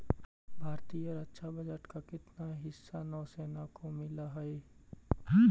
भारतीय रक्षा बजट का कितना हिस्सा नौसेना को मिलअ हई